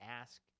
ask